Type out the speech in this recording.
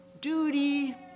duty